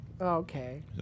Okay